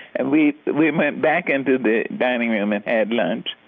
and we we went back into the dining room and had lunch,